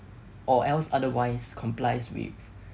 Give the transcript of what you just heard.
or else otherwise complies with